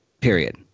period